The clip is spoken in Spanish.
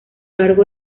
largo